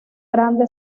grande